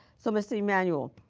so mr. emanuel,